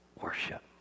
worship